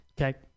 Okay